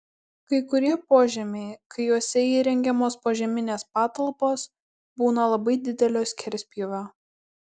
kai kurie požemiai kai juose įrengiamos požeminės patalpos būna labai didelio skerspjūvio